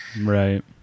Right